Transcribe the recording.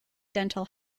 dental